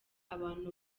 abantu